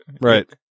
Right